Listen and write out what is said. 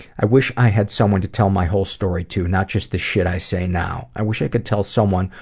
i wish i had someone to tell my whole story to, not just the shit i say now. i wish i could tell someone,